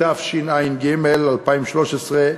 התשע"ג 2013,